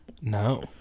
No